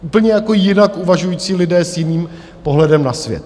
Úplně jako jinak uvažující lidé s jiným pohledem na svět.